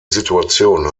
situation